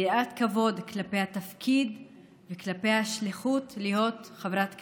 יראת כבוד כלפי התפקיד וכלפי השליחות של להיות חברת כנסת.